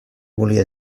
volia